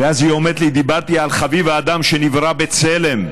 ואז היא אומרת לי: דיברתי על חביב האדם שנברא בצלם.